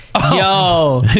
Yo